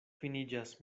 finiĝas